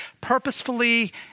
Purposefully